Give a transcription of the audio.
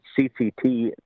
CCT